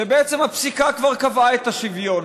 שבעצם הפסיקה כבר קבעה את השוויון.